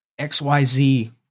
XYZ